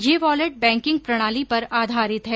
यह wallet banking प्रणाली पर आधारित है